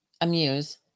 Amuse